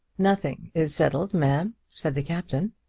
nothing is settled, ma'am, said the captain.